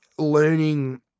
learning